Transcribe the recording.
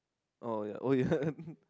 oh ya oh ya